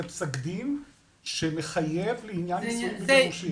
זה פסק דין שמחייב לעניין נישואים וגירושים.